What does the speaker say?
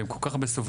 והם כל כך סובלים,